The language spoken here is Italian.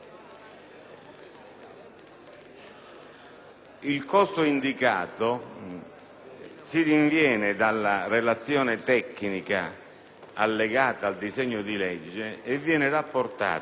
Il costo indicato si rinviene nella relazione tecnica allegata al disegno di legge e viene rapportato